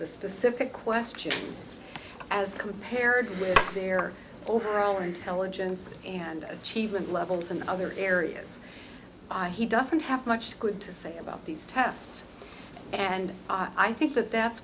the specific question as compared with their overall intelligence and achievement levels in other areas i he doesn't have much good to say about these tests and i think that that's